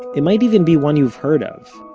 it might even be one you've heard of.